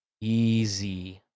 Easy